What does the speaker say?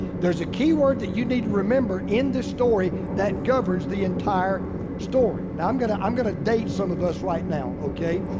there's a key word that you need to remember in the story that governs the entire story. now, i'm gonna i'm gonna date some of us right now, okay?